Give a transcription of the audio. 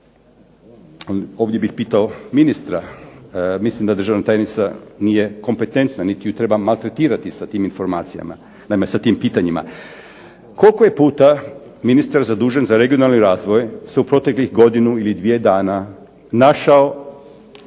ovdje bih pitao ministra mislim da državna tajnica nije kompetentna niti ju treba maltretirati sa tim informacijama, naime sa tim pitanjima. Koliko je puta ministar zadužen za regionalni razvoj se u proteklih godinu ili dvije dana našao,